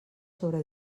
sobre